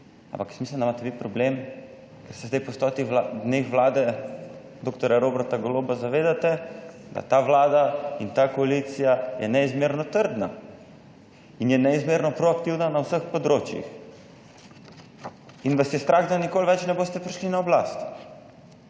Ampak mislim, da imate vi problem, ker se zdaj po stotih dneh Vlade dr. Roberta Goloba zavedate, da ta Vlada in ta koalicija je neizmerno trdna in je neizmerno proaktivna na vseh področjih, in vas je strah, da nikoli več ne boste prišli na oblast.